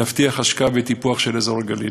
כדי להבטיח השקעה וטיפוח של אזור הגליל.